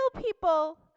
people